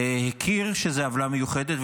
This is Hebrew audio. הכיר בכך שזאת עוולה מיוחדת,